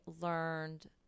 learned